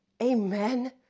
Amen